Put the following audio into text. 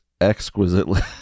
exquisitely